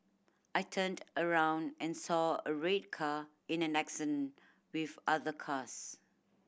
I turned around and saw a red car in an accident with other cars